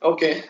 Okay